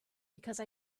because